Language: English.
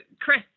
Chris